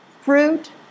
Fruit